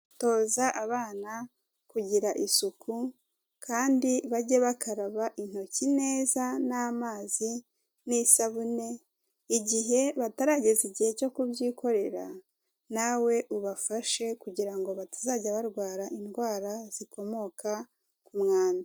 Toza abana kugira isuku, kandi bajye bakaraba intoki neza n'amazi n'isabune igihe batarageza igihe cyo kubyikorera nawe ubafashe. Kugira ngo batazajya barwara indwara zikomoka ku mwanda.